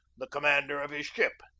the commander of his ship.